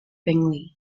bingley